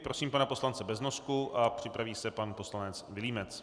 Prosím pana poslance Beznosku a připraví se pan poslanec Vilímec.